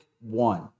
one